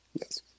Yes